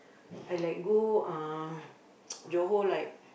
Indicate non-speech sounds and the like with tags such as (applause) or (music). I like go uh (noise) Johor like